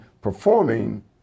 performing